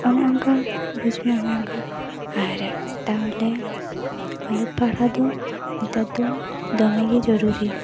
ᱚᱱᱮ ᱚᱱᱠᱟ ᱵᱩᱡᱽᱢᱮ ᱚᱱᱮ ᱚᱱᱠᱟ ᱟᱨ ᱛᱟᱦᱚᱞᱮ ᱚᱞᱚᱜ ᱯᱟᱲᱦᱟᱜ ᱫᱚ ᱱᱮᱛᱟᱨ ᱫᱚ ᱫᱚᱢᱮᱜᱮ ᱡᱚᱨᱩᱨᱤ